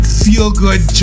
feel-good